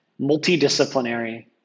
multidisciplinary